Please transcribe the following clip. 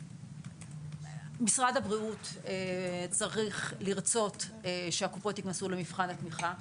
משרד הבריאות צריך לרצות שהקופות יכנסו למבחן התמיכה.